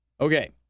Okay